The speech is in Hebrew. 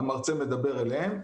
המרצה מדבר אליהם,